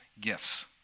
gifts